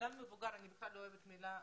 אדם מבוגר אני בכלל לא אוהבת את המילה "קשיש"